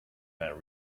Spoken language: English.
that